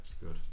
Good